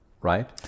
right